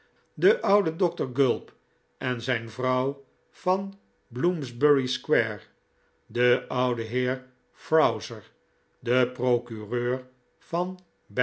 de oude dokter gulp en zijn vrouw van bloomsbury square de oude heer frowser de procureur van